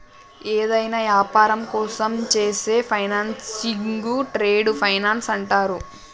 యేదైనా యాపారం కోసం చేసే ఫైనాన్సింగ్ను ట్రేడ్ ఫైనాన్స్ అంటరు